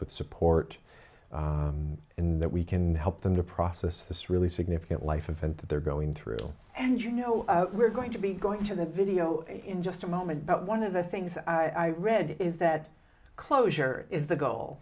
with support in that we can help them to process this really significant life event that they're going through and you know we're going to be going to the video in just a moment but one of the things i read is that closure is the goal